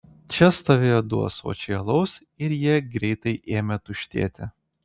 čia stovėjo du ąsočiai alaus ir jie greitai ėmė tuštėti